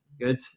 Good